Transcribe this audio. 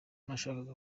nashakaga